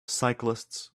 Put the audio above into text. cyclists